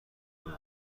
شروع